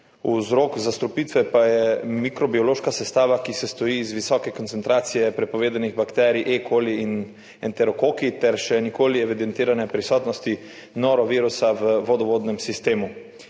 Vzrok zastrupitve pa je mikrobiološka sestava, ki sestoji iz visoke koncentracije prepovedanih bakterij E. coli in enterokoki ter še nikoli evidentirane prisotnosti norovirusa v vodovodnem sistemu.